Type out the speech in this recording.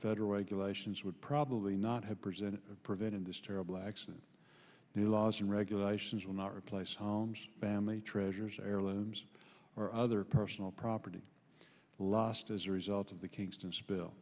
federal regulations would probably not have presented prevented this terrible accident the laws and regulations will not replace homes family treasures heirlooms or other personal property lost as a result of the kingston spill